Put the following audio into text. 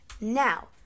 Now